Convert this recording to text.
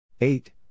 Eight